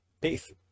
Peace